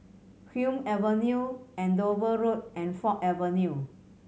Hume Avenue Andover Road and Ford Avenue